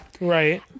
Right